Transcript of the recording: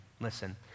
Listen